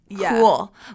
cool